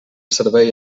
servei